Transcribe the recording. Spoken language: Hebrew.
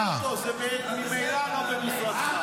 תדחה אותו, זה ממילא לא במשרדך.